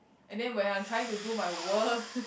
and then when I'm trying to do my work